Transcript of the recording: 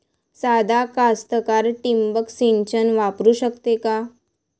सादा कास्तकार ठिंबक सिंचन वापरू शकते का?